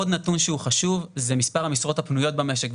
עוד נתון שהוא חשוב זה מספר המשרות הפנויות במשק,